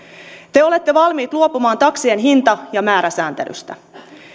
te te olette valmiit luopumaan taksien hinta ja määräsääntelystä